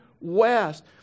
west